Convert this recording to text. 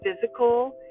physical